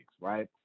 right